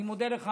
אני מודה לך,